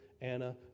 Anna